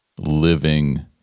living